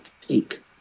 take